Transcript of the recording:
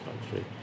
country